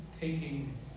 taking